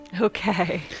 Okay